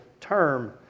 term